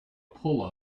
pull